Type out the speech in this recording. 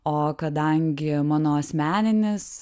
o kadangi mano asmeninis